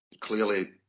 clearly